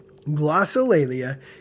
Glossolalia